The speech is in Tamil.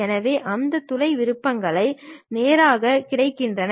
எனவே அந்த துளை விருப்பங்கள் நேராக கிடைக்கின்றன